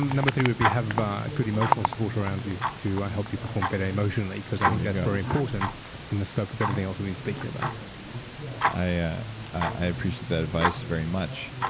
number three would be have good emotional support around you to help you perform better emotionally, cause i think that's very important in the scope of everything else we've been speaking about i i appreciate that advice very much.